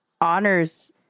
honors